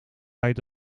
tijd